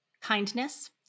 kindness